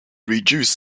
reduce